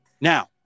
now